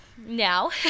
now